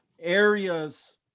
areas